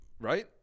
right